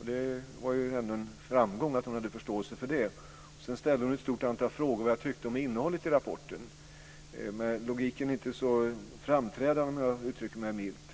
Det är en framgång att hon har förståelse för det. Sedan ställde hon ett antal frågor om vad jag tyckte om innehållet i rapporten. Logiken är inte så framträdande, om jag uttrycker mig milt.